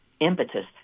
impetus